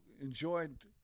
enjoyed